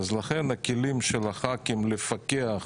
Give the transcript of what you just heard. לכן הכלים של הח"כים לפקח,